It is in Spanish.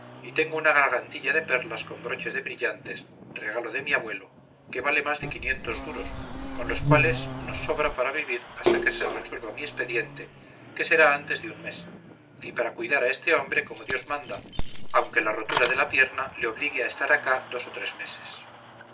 y tengo una gargantilla de perlas con broches de brillantes regalo de mi abuelo que vale más de quinientos duros con los cuales nos sobra para vivir hasta que se resuelva mi expediente que será antes de un mes y para cuidar a este hombre como dios manda aunque la rotura de la pierna le obligue a estar acá dos o tres meses